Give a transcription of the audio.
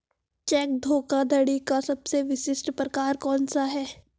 Check धोखाधड़ी का सबसे विशिष्ट प्रकार कौन सा है?